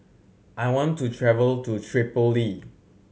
I want to travel to Tripoli